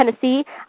Tennessee